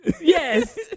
Yes